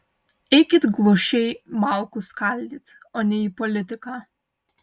eikit glušiai malkų skaldyt o ne į politiką